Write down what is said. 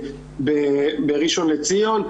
בראשון לציון,